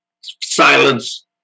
Silence